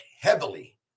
heavily